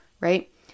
right